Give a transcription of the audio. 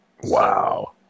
Wow